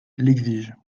l’exige